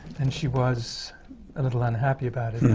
and she was a little unhappy about it,